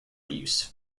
use